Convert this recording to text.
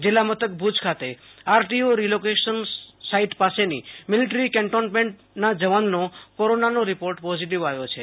જિલ્લા મથક ભુજ ખાતે આરટીઓ રિલોકેશન સાઈટ પાસેની મિલીટ્રી કેન્ટોનમેન્ટના જવાનનો કોરોનાનો રિપોર્ટ પોઝીટવ આવ્યો છે